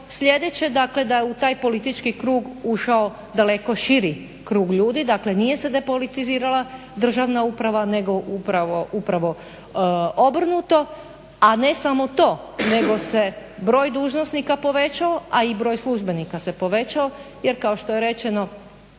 sljedeće, dakle da je u taj politički krug ušao daleko širi krug ljudi, dakle nije se depolitizirala državna uprava nego upravo obrnuto. A ne samo to, nego se broj dužnosnika povećao, a i broj službenika se povećao, jer kao što je rečeno